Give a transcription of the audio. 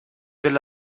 del